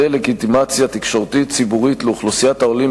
דה-לגיטימציה תקשורתית ציבורית לאוכלוסיית העולים